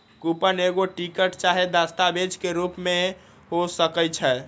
coupon एगो ticket चाहे दस्तावेज के रूप में हो सकइ छै